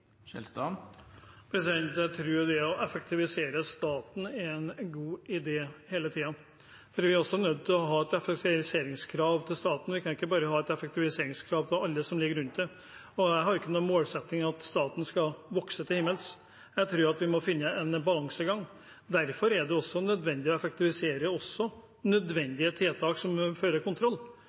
Jeg tror det å effektivisere staten er en god idé – hele tiden. Vi er også nødt til å ha et effektiviseringskrav til staten, vi kan ikke bare ha et effektiviseringskrav til alle som ligger rundt. Jeg har ingen målsetting om at staten skal vokse til himmels. Jeg tror at vi må finne en balanse. Derfor er det også nødvendig å effektivisere nødvendige tiltak som fører kontroll,